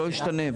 לא ישתנה.